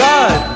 God